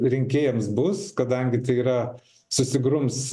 rinkėjams bus kadangi tai yra susigrums